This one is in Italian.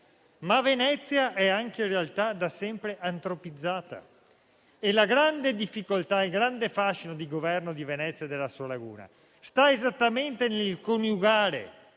Ma Venezia è anche in realtà da sempre antropizzata e la grande difficoltà e il grande fascino del governo di Venezia e della sua laguna stanno esattamente nel coniugare